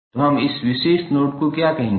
तो हम इस विशेष नोड को क्या कहेंगे